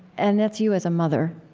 and that's you as a mother,